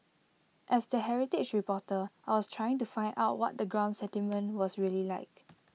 as the heritage reporter I was trying to find out what the ground sentiment was really like